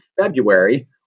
February